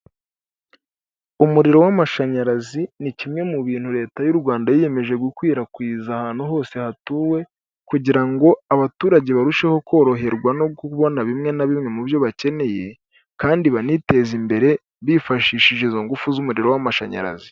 Umuriro w'amashanyarazi ni kimwe mu bintu Leta y'u Rwanda yiyemeje gukwirakwiza ahantu hose hatuwe, kugira ngo abaturage barusheho koroherwa no kubona bimwe na bimwe mu byo bakeneye, kandi baniteze imbere bifashishije izo ngufu z'umuriro w'amashanyarazi.